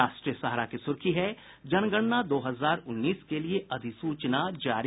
राष्ट्रीय सहारा की सुर्खी है जनगणना दो हजार उन्नीस के लिए अधिसूचना जारी